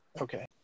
Okay